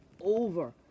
over